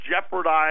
jeopardize